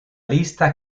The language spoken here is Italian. lista